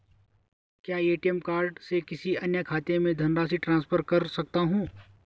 क्या ATM card से किसी अन्य खाते में धनराशि ट्रांसफर कर सकता हूँ?